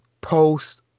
post